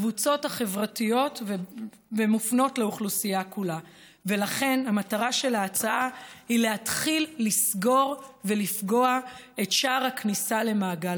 אנחנו כאן כדי לסגור את שער הכניסה למעגל